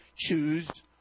Choose